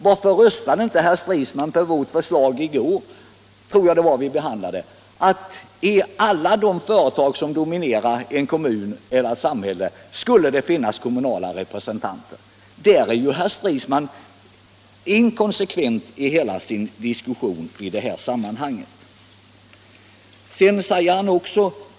Varför röstade då inte herr Stridsman i går för vårt förslag att det skall finnas kommunala representanter i alla de företag som dominerar en kommun eller ett samhälle? Det gör hela herr Stridsmans diskussion inkonsekvent.